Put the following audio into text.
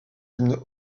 hymnes